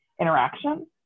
interaction